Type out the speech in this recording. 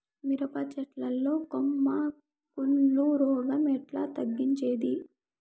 మిరప చెట్ల లో కొమ్మ కుళ్ళు రోగం ఎట్లా తగ్గించేది?